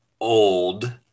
old